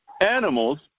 animals